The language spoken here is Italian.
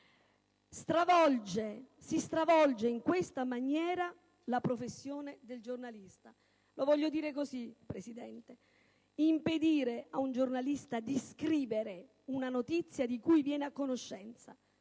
si stravolge la professione del giornalista. Lo voglio dire così, signor Presidente. Impedire a un giornalista di scrivere una notizia di cui viene a conoscenza,